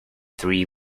three